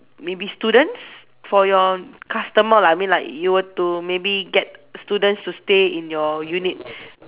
maybe students for your customer lah I mean like you were to maybe get students to stay in your unit